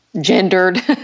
gendered